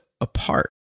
apart